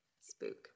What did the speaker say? Spook